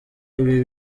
ibi